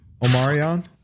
Omarion